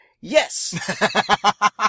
Yes